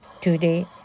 today